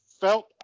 felt